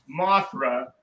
Mothra